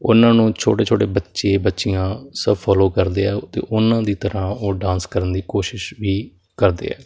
ਉਹਨਾਂ ਨੂੰ ਛੋਟੇ ਛੋਟੇ ਬੱਚੇ ਬੱਚੀਆਂ ਸਭ ਫੋਲੋ ਕਰਦੇ ਆ ਅਤੇ ਉਹਨਾਂ ਦੀ ਤਰ੍ਹਾਂ ਉਹ ਡਾਂਸ ਕਰਨ ਦੀ ਕੋਸ਼ਿਸ਼ ਵੀ ਕਰਦੇ ਆ